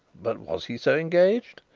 but was he so engaged?